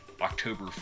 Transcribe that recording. october